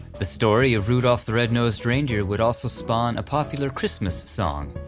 the story of rudolph the red-nosed reindeer would also spawn a popular christmas song,